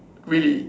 really